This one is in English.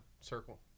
circle